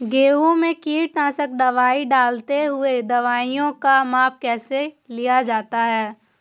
गेहूँ में कीटनाशक दवाई डालते हुऐ दवाईयों का माप कैसे लिया जाता है?